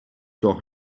doch